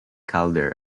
calder